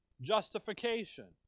justification